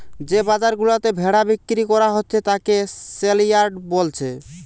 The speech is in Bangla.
যে বাজার গুলাতে ভেড়া বিক্রি কোরা হচ্ছে তাকে সেলইয়ার্ড বোলছে